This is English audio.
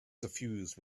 suffused